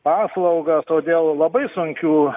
paslaugą todėl labai sunkių